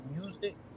music